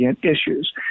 issues